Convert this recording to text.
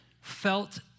felt